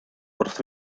wrth